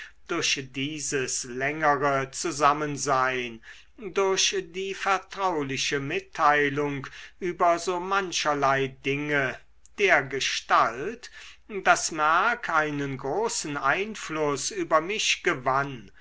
durch dieses längere zusammensein durch die vertrauliche mitteilung über so mancherlei dinge dergestalt daß merck einen großen einfluß über mich gewann